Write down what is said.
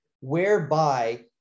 whereby